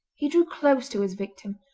he drew close to his victim,